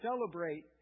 celebrate